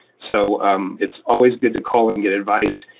so it's always good to call and get advice.